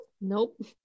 Nope